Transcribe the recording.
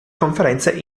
conferenze